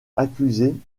accusés